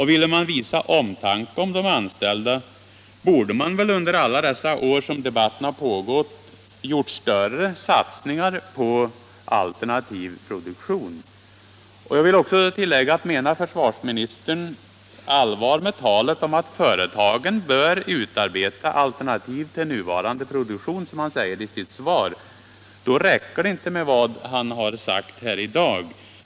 Ville man visa omtanke om de anställda, borde man väl under alla de år som debatten pågått ha gjort större satsningar på alternativ produktion. Jag vill också tillägga att det, om försvarsministern menar allvar med talet om att företagen bör utarbeta alternativ till nuvarande produktion, som han säger i sitt svar, inte räcker med vad han sagt här i dag.